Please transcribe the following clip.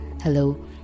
Hello